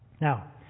Now